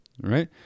right